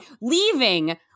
leaving